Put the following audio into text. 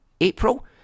April